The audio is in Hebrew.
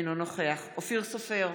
אינו נוכח אופיר סופר,